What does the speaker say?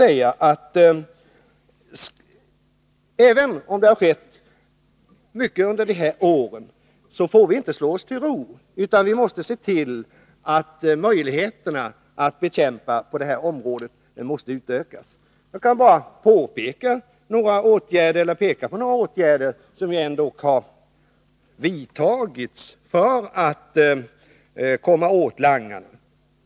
Även om det har skett mycket under de här åren får vi inte slå oss till ro, utan vi måste se till att möjligheterna att bekämpa narkotikamissbruket utökas. Jag kan peka på några åtgärder som har vidtagits för att komma åt langarna.